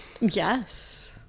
Yes